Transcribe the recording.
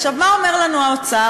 עכשיו, מה אומר לנו האוצר?